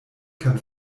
kann